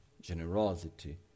generosity